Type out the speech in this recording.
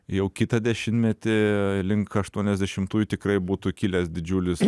jau kitą dešimtmetį link aštuoniasdešimtųjų tikrai būtų kilęs didžiulis